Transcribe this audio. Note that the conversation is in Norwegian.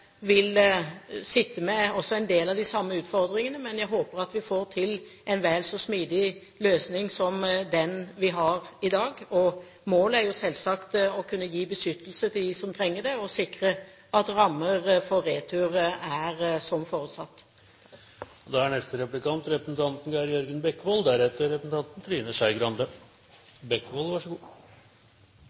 vil sitte med en del av de samme utfordringene, men jeg håper at vi får til en vel så smidig løsning som den vi har i dag. Målet er selvsagt å kunne gi beskyttelse til dem som trenger det, og sikre at rammer for retur er som forutsatt.